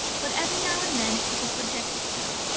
but every now and then it took a subjective turn.